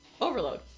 Overload